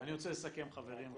אני רוצה לסכם, חברים.